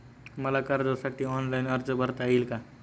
मला कर्जासाठी ऑनलाइन अर्ज भरता येईल का?